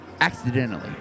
accidentally